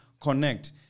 connect